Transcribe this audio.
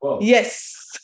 Yes